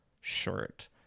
shirt